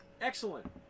Excellent